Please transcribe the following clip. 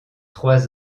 trois